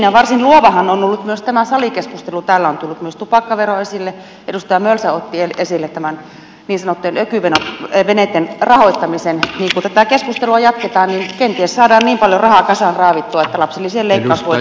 ja varsin luovahan on ollut myös tämä salikeskustelu täällä on tullut myös tupakkavero esille ja edustaja mölsä otti esille tämän niin sanottujen ökyveneitten verottamisen niin että kun tätä keskustelua jatketaan kenties saadaan niin paljon rahaa kasaan raavittua että lapsilisien leikkaus voidaan perua